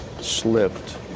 slipped